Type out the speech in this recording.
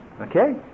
Okay